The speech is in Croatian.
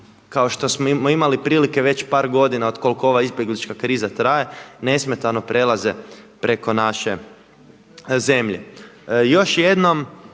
kao što smo imali prilike već par godina od koliko ova izbjeglička kriza traje nesmetano prelaze preko naše zemlje. Još jednom